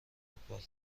فوتبال